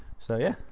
so yeah,